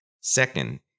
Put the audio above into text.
Second